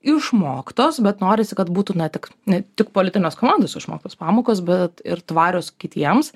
išmoktos bet norisi kad būtų ne tik ne tik politinės komandos išmoktos pamokos bet ir tvarios kitiems